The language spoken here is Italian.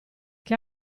che